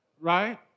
Right